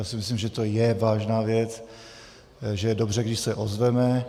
Myslím si, že to je vážná věc, že je dobře, když se ozveme.